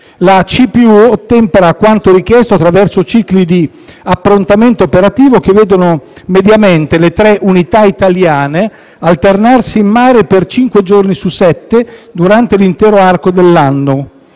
La CPU ottempera a quanto richiesto attraverso cicli di approntamento operativo che vedono mediamente le tre unità italiane alternarsi in mare per cinque giorni su sette durante l'intero arco dell'anno,